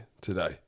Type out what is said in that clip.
today